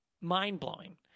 mind-blowing